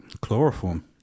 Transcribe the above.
chloroform